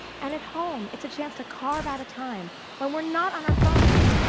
and at home, it's a chance to carve out a time when we're not on our phones,